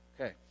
Okay